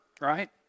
right